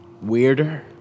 weirder